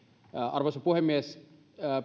arvoisa puhemies